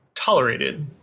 tolerated